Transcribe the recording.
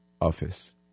office